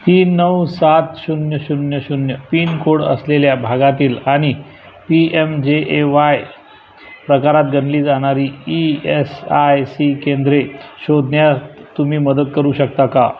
तीन नऊ सात शून्य शून्य शून्य पिनकोड असलेल्या भागातील आणि P M J A Y प्रकारात गणली जाणारी ई एस आय सी केंद्रे शोधण्यात तुम्ही मदत करू शकता का